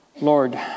Lord